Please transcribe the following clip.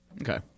Okay